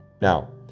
now